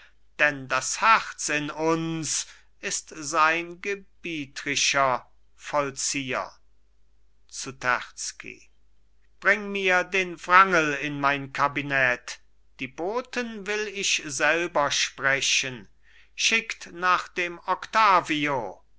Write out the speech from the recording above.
denn das herz in uns ist sein gebietrischer vollzieher zu terzky bring mir den wrangel in mein kabinett die boten will ich selber sprechen schickt nach dem octavio